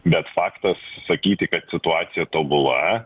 bet faktas sakyti kad situacija tobula